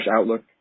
outlook